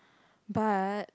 but